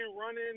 running